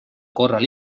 korral